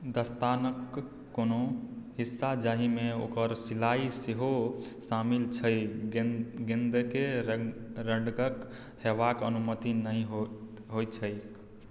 दस्तानाक कोनो हिस्सा जाहिमे ओकर सिलाई सेहो शामिल छै गेन्दकेँ रंग रङ्डक हेबाक अनुमति नहि होइ छैक